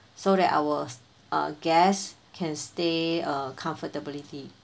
so that our uh guests can stay uh comfortably